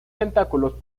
tentáculos